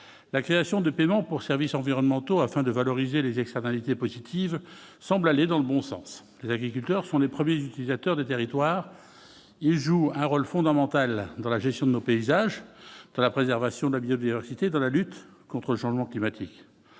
la création de paiements pour services environnementaux afin de valoriser les externalités positives semble aller dans le bon sens, les agriculteurs sont les premiers utilisateurs de territoire, il joue un rôle fondamental dans la gestion de nos paysages pour la préservation de la biodiversité dans la lutte contre le changement climatique,